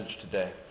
today